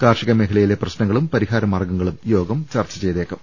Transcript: കാർഷിക മേഖലയിലെ പ്രശ്നങ്ങളും പരിഹാരമാർഗ്ഗങ്ങളും യോഗം ചർച്ച ചെയ്തേക്കും